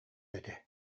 этэ